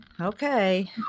okay